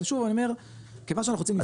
אבל שוב אני אומר כיון שאנחנו רוצים לפתור.